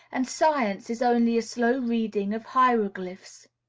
and science is only a slow reading of hieroglyphs.